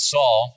Saul